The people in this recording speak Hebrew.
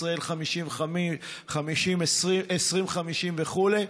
ישראל 2050 וכו',